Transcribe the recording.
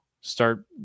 start